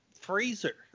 freezer